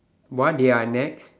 what they are at NEX